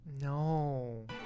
No